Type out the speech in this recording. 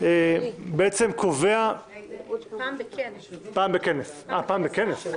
תקנון הכנסת קובע כי בכל קדנציה של